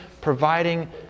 providing